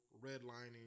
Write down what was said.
redlining